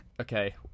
Okay